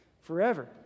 forever